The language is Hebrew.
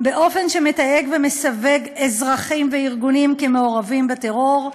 באופן שמתייג ומסווג אזרחים וארגונים כמעורבים בטרור.